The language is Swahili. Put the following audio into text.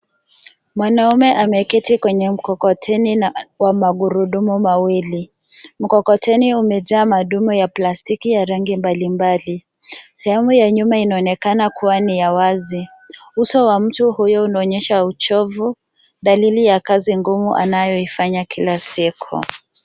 Mwanaume ameketi kwenye mkokoteni wa magurudumu mawili. Mkokoteni umejaa madumu ya plastiki ya rangi mbalimbali. Sehemu ya nyuma inaonekana kuwa ni ya wazi. Uso wa mtu huyo unaonyesha uchovu, dalili ya kazi ngumu anayoifanya kila siku.